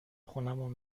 خونمون